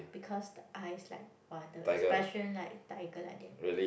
because the eyes like !wah! the expression like tiger like that